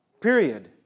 Period